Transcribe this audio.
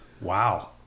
Wow